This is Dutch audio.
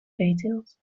veeteelt